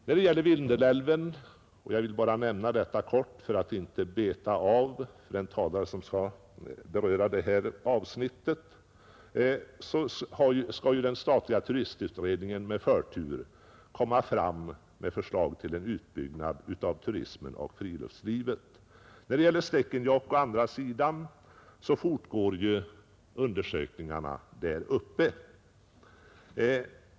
När det gäller Vindelälven vill jag erinra om — jag vill bara i korthet nämna detta för att inte beta av fältet för den talare som skall behandla detta avsnitt — att den statliga turistutredningen med förtur skall framlägga förslag om en utbyggnad av turismen och friluftslivet i detta område. När det gäller Stekenjokk å andra sidan fortgår ju undersökningarna där uppe.